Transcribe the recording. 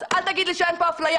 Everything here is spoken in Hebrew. אז אל תגיד לי שאין פה אפליה,